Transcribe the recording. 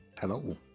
Hello